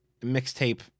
mixtape